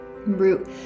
root